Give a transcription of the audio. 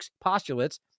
postulates